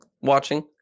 watching